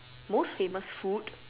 most famous food